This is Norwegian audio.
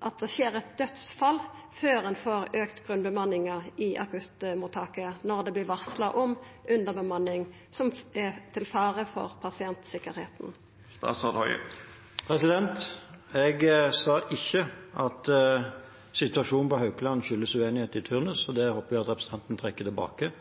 at det skjer eit dødsfall før ein får auka grunnbemanninga i akuttmottaket, når det vert varsla om underbemanning som er til fare for pasientsikkerheita. Jeg sa ikke at situasjonen på Haukeland skyldes uenighet om turnus – det håper jeg at representanten trekker tilbake.